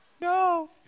No